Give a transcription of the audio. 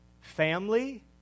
Family